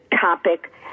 topic